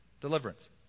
deliverance